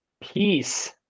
Peace